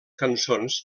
cançons